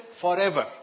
forever